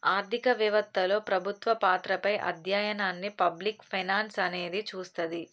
ఆర్థిక వెవత్తలో ప్రభుత్వ పాత్రపై అధ్యయనాన్ని పబ్లిక్ ఫైనాన్స్ అనేది చూస్తది